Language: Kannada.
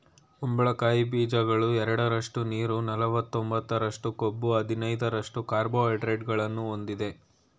ಕುಂಬಳಕಾಯಿ ಬೀಜಗಳು ಎರಡರಷ್ಟು ನೀರು ನಲವತ್ತೊಂಬತ್ತರಷ್ಟು ಕೊಬ್ಬು ಹದಿನೈದರಷ್ಟು ಕಾರ್ಬೋಹೈಡ್ರೇಟ್ಗಳನ್ನು ಹೊಂದಯ್ತೆ